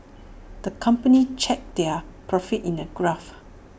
the company charted their profits in A graph